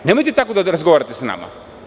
Nemojte tako da razgovarate sa nama.